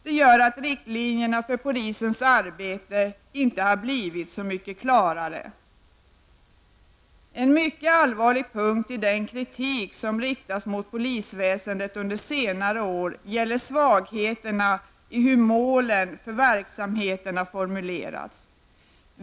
Detta gör att riktlinjerna för polisens arbete inte har blivit så mycket klarare. En mycket allvarlig punkt i den kritik som har riktats mot polisväsendet under senare år gäller svagheterna i hur målen för verksamheterna har formulerats.